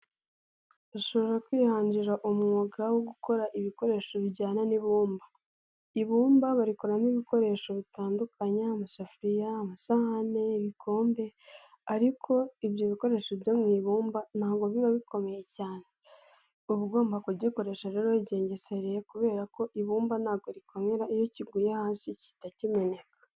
Ushobora kwihangira umwuga wo gukora ibikoresho bijyana n'ibumba. Ibumba barikoramo ibikoresho bitandukanye: amasafuriya, amasahane, ibikombe ariko ibyo bikoresho byo mu ibumba ntabwo biba bikomeye cyane. Uba ugomba kugikoresha rero wigengesereye kubera ko ibumba ntabwo rikomera, iyo kiguye hasi gihita kimeneka.